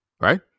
Right